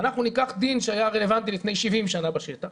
אנחנו ניקח דין שהיה לפני 70 שנים בשטח